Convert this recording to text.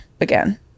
again